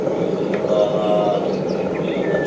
ରଜନୀଗନ୍ଧା ହେଲା ଅଢ଼େଇ ହଜାର